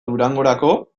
durangorako